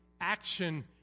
action